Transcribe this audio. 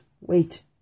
wait